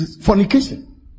fornication